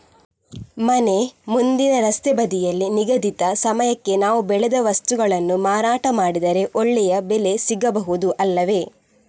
ಮನೆ ಮುಂದಿನ ರಸ್ತೆ ಬದಿಯಲ್ಲಿ ನಿಗದಿತ ಸಮಯಕ್ಕೆ ನಾವು ಬೆಳೆದ ವಸ್ತುಗಳನ್ನು ಮಾರಾಟ ಮಾಡಿದರೆ ಒಳ್ಳೆಯ ಬೆಲೆ ಸಿಗಬಹುದು ಅಲ್ಲವೇ?